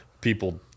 people